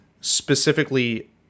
specifically